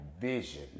vision